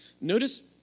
Notice